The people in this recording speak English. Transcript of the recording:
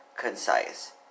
concise